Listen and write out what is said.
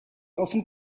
often